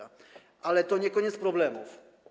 Ale to nie koniec problemów.